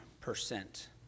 percent